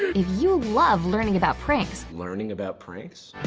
you love learning about pranks learning about pranks?